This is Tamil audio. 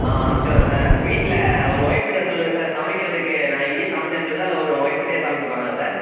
ஆ அனுப்பிச்சி விடுறேன் சார் வீட்டில் உங்கள் ஒய்ஃப்கிட்ட சொல்லுங்க சார் சமைக்கிறதுக்கு நாங்கள் இங்கேயே சமைச்சி அனுப்பிச்சி விடுறதா இல்லை உங்கள் ஒய்ஃப்கிட்டியே சமைச்சிப்பாங்களா சார்